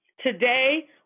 Today